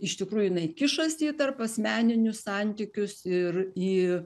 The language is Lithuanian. iš tikrųjų jinai kišasi į tarpasmeninius santykius ir ji